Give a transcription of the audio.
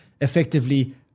effectively